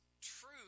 true